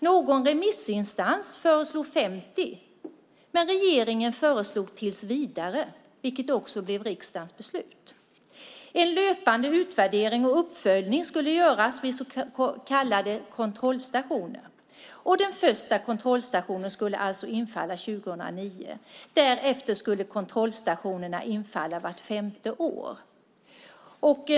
Någon remissinstans föreslog 50 år, men regeringen föreslog tills vidare, vilket också blev riksdagens beslut. En löpande utvärdering och uppföljning skulle göras vid så kallade kontrollstationer, och den första kontrollstationen skulle alltså infalla 2009. Därefter skulle kontrollstationerna infalla vart femte år.